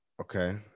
Okay